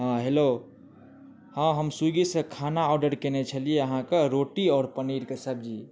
हँ हेलो हँ हम स्वीगीसऽ खाना ऑडर कयने छलियै अहाँके रोटी आओर पनीर के सब्जी